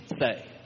say